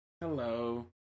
Hello